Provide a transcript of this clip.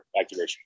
activation